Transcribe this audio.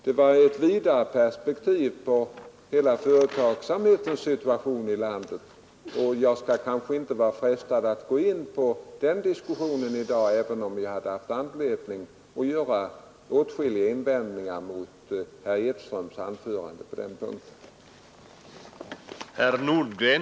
Det var ett vidare perspektiv på hela företagsamhetens situation i landet, och jag känner mig inte frestad att gå in på den diskussionen i dag, även om jag hade haft anledning att göra åtskilliga invändningar mot herr Enlunds anförande på den punkten.